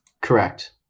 correct